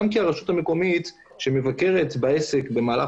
גם כי הרשות המקומית שמבקרת בעסק במהלך